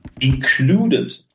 included